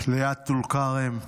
ליד טול כרם,